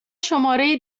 شماره